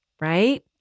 Right